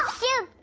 here.